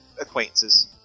acquaintances